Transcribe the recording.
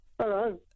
Hello